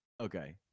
Okay